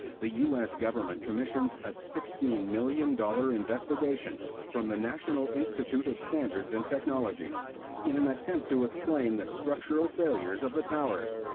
the us government commissions a sixteen million dollars investigation from the national institute of standards and technology in an attempt to explain the structural failures of the towers.